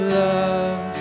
love